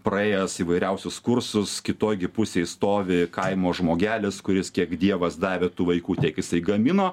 praėjęs įvairiausius kursus kitoj gi pusėj stovi kaimo žmogelis kuris kiek dievas davė tų vaikų tiek jisai gamino